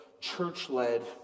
church-led